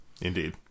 indeed